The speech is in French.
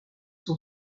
son